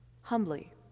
humbly